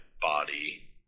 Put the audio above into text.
body